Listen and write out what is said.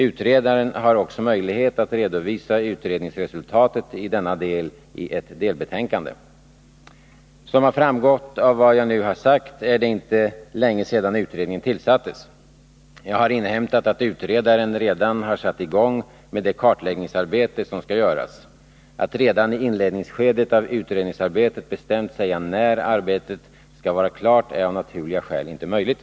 Utredaren har också möjlighet att redovisa utredningsresultatet i denna del i ett delbetänkande. Som har framgått av vad jag nu har sagt är det inte länge sedan utredningen tillsattes. Jag har inhämtat att utredaren redan har satt i gång med det kartläggningsarbete som skall göras. Att redan i inledningsskedet av utredningsarbetet bestämt säga när arbetet skall vara klart är av naturliga skäl inte möjligt.